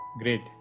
great